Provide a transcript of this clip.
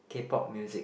K-Pop music